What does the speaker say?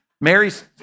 Mary's